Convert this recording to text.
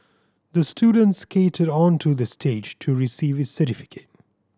the student skated onto the stage to receive his certificate